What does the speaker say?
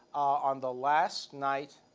on the last night,